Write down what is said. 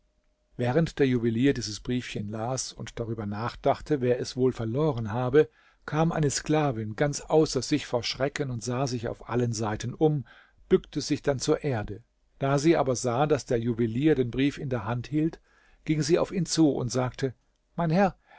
während der juwelier dieses briefchen las und darüber nachdachte wer es wohl verloren habe kam eine sklavin ganz außer sich vor schrecken sah sich auf allen seiten um bückte sich dann zur erde da sie aber sah daß der juwelier den brief in der hand hielt ging sie auf ihn zu und sagte mein herr